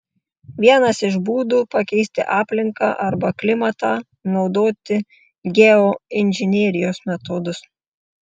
vienas iš būdų pakeisti aplinką arba klimatą naudoti geoinžinerijos metodus